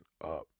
up